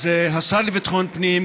אז השר לביטחון פנים,